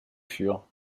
fur